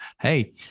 hey